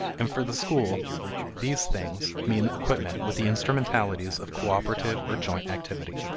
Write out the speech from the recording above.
and for the school these things mean equipment with the instrumentalities of cooperative or joint activity.